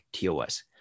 TOS